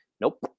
Nope